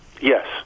Yes